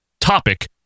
topic